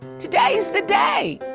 today's the day.